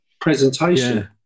presentation